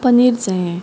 पनीर जाये